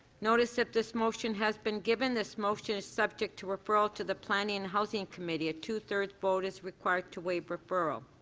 notice of this motion has been given. this motion is subject to referral to the planning and housing committee, a two thirds vote is required to waive referral.